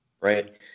right